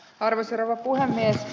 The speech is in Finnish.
arvoisa rouva puhemies